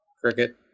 Cricket